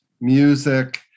music